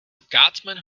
scotsman